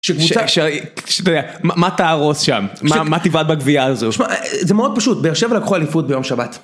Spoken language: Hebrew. אתה יודע מה תהרוס שם, מה תיבעט בגווייה הזו. תשמע, זה מאוד פשוט, באר שבע לקחו אליפות ביום שבת.